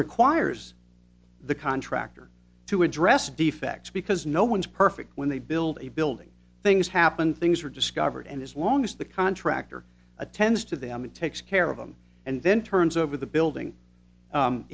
requires the contractor to address defects because no one's perfect when they build a building things happen things are discovered and as long as the contractor attends to them and takes care of them and then turns over the building